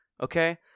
Okay